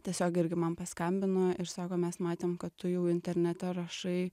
tiesiog irgi man paskambino ir sako mes matėm kad tu jau internete rašai